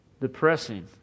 Depressing